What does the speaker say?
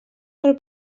per